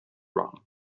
wrong